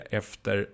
efter